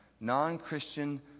non-Christian